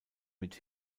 mit